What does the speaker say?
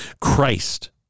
Christ